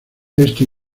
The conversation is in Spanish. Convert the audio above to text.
esto